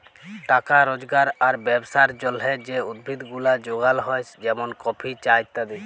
টাকা রজগার আর ব্যবসার জলহে যে উদ্ভিদ গুলা যগাল হ্যয় যেমন কফি, চা ইত্যাদি